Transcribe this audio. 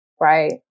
right